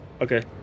Okay